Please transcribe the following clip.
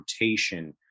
rotation